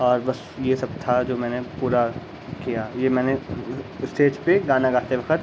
اور بس یہ سب تھا جو میں نے پورا کیا یہ میں نے اسٹیج پہ گانا گاتے وقت